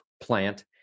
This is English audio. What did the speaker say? plant